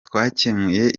twakemuye